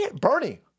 Bernie